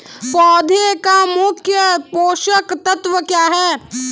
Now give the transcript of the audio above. पौधे का मुख्य पोषक तत्व क्या हैं?